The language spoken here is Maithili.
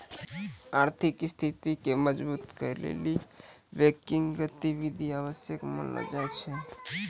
आर्थिक स्थिति के मजबुत करै लेली बैंकिंग गतिविधि आवश्यक मानलो जाय छै